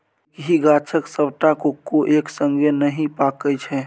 एक्कहि गाछक सबटा कोको एक संगे नहि पाकय छै